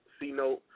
C-Note